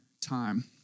time